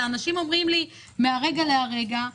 האנשים אומרים לי מהרגע להרגע.